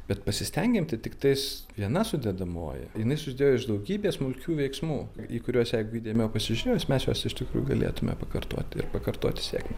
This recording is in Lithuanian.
bet pasistengėm tai tiktais viena sudedamoji jinai susidėjo iš daugybės smulkių veiksmų į kuriuos jeigu įdėmiau pasižiūrėjus mes juos iš tikrųjų galėtume pakartoti ir pakartoti sėkmę